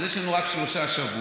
אז יש לנו רק שלושה שבועות.